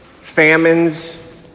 famines